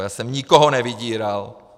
Já jsem nikoho nevydíral!